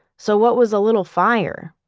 so what was a little fire?